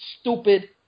stupid